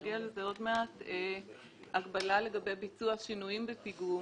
נגיע לזה עוד מעט הגבלה לגבי ביצוע שינויים בפיגום.